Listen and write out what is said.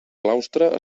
claustre